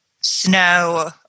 snow